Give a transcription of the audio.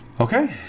Okay